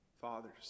fathers